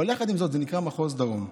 אבל יחד עם זאת זה נקרא מחוז דרום.